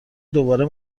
دوباره